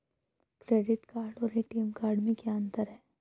Credit card और ATM card में क्या अंतर है?